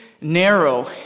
narrow